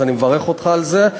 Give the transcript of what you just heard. אז אני מברך אותך על זה.